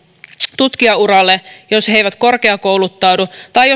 tutkijanuralle jos he eivät korkeakouluttaudu tai